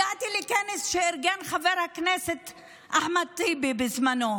הגעתי לכנס שארגן חבר הכנסת אחמד טיבי בזמנו.